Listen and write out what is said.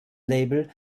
label